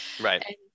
right